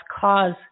cause